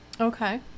Okay